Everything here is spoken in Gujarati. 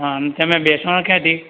હા ને તમે બેસવાનાં ક્યાંથી